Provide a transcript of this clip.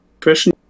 question